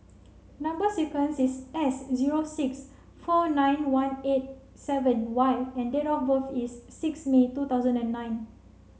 number sequence is S zero six four nine one eight seven Y and date of birth is six May two thousand and nine